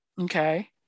Okay